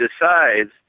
decides